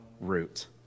root